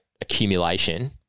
accumulation